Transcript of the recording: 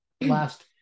last